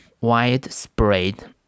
widespread